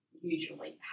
usually